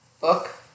book